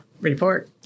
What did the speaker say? report